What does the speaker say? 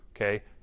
okay